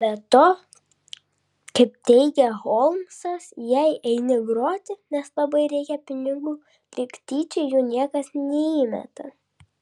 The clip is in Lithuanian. be to kaip teigia holmsas jei eini groti nes labai reikia pinigų lyg tyčia jų niekas neįmeta